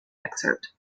excerpt